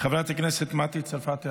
חברת הכנסת מטי צרפתי הרכבי,